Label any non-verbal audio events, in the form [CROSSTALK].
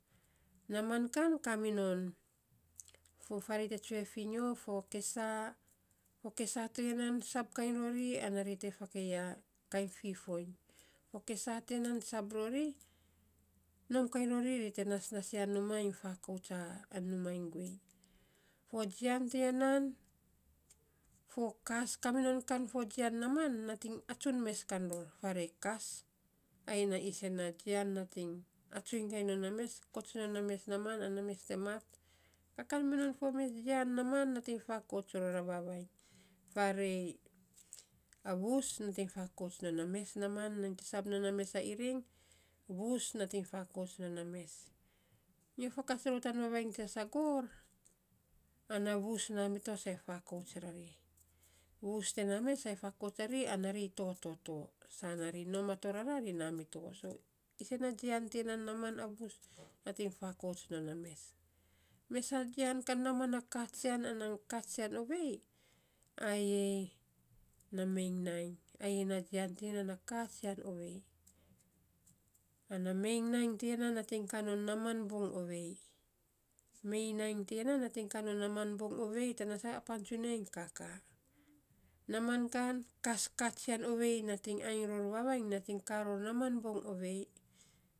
An kas toya nan, mangai nating nai araa rori, ri te ras jian kakaii. faarei atun ge fofo ren bo rana te ras rori. Ayei nating naa minon ai te ots goraa. Ge mes nainy ai sak ots non a jian. Ayei nating ainy non ka te kaminon rafatsiny. (intelligible)so u kas to ya nan, arin kas nating atsun mes ror naaman. Nating kaminon [HESITATION] fo jian rof naaman an mes a jian kan ge no rof naaman mes a jian kainy naaman sara [HESITATION] tagei ror ya a nofuu. Nofuu kan [NOISE] ai pitaa rom, ai te pitaa firing ge ainy [HESITATION] saras rom ya, ainy te no tap ia ai sak rarora, ana kamits nan ya gima rof. Kamits nan ya, kamits a katsina fiisok, tana sa puan ya kaminon a fo tsuan ton, tsuan nating faruak ror a kamits tana mes. Mes a ka kan nating kaa non naaman, u sisii. Sisii nainy sii non na mes, mes sarei ovei ror a kamits, tana sana, sisii tiya te kaa minon a ka na gima rof te gogovets vavis non ya, ge sasagor vavis minon ya. Nating fakamits non a puan na mes. Arin foka ti nan, faarei sisii ge.